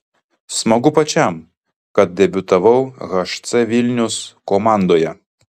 smagu pačiam kad debiutavau hc vilnius komandoje